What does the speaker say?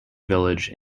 village